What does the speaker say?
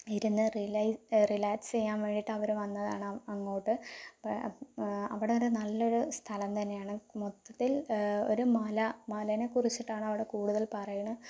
ഇരുന്ന് റിലൈ റിലാക്സ് ചെയ്യാൻ വേണ്ടിയിട്ട് അവർ വന്നതാണ് അങ്ങോട്ട് അപ്പോൾ അവിടൊരു നല്ലൊരു സ്ഥലം തന്നെയാണ് മൊത്തത്തിൽ ഒരു മല മലേനെ കുറിച്ചിട്ടാണ് ആണ് അവിടെ കൂടുതൽ പറയണ്